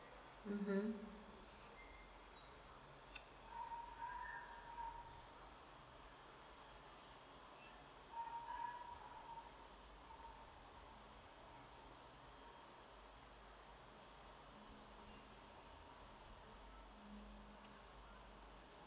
mmhmm